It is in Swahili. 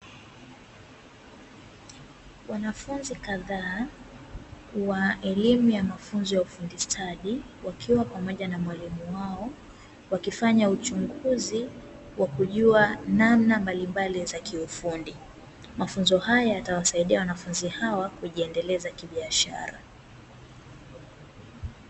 Wanafunzi kadhaa, wa elimu ya mafunzo ya ufundi stadi wakiwa pamoja na mwalimu wao, wakifanya uchunguzi wakujua namna mbalimbali za kiufundi, mafunzo haya yatawasaidia wanafunzi hawa kujiendeleza kibiashara.